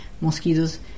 mosquitoes